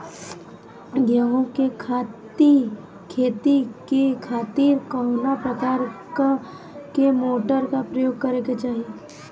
गेहूँ के खेती के खातिर कवना प्रकार के मोटर के प्रयोग करे के चाही?